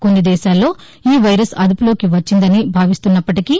కొన్ని దేశాల్లో ఈ వైరస్ అదుపులోకి వచ్చిందని భావిస్తున్నప్పటికీ